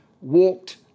walked